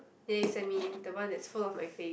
ya you send me the one that is full of my face